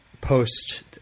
post